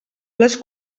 les